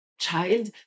child